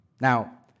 Now